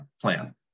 plan